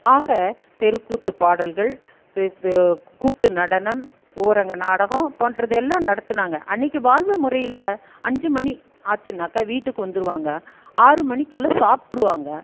ஆக தெருக்கூத்து பாடல்கள் இது கூத்து நடனம் ஓரங்க நாடகம் போன்றதை எல்லாம் நடத்தினாங்க அன்னிக்கு வாழ்வு முறையில் அஞ்சு மணி ஆச்சுன்னாக்கால் வீட்டுக்கு வந்துடுவாங்க ஆறு மணிக்குள்ளே சாப்பிட்ருவாங்க